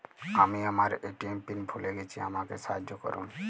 আমি আমার ATM PIN ভুলে গেছি আমাকে সাহায্য করুন